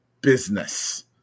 business